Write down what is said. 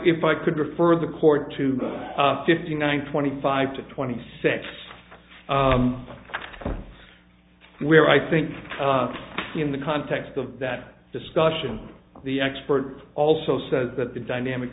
if i could refer the court to the fifty nine twenty five to twenty six where i think in the context of that discussion the expert also says that the dynamic